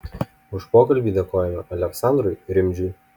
už pokalbį dėkojame aleksandrui rimdžiui